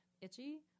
itchy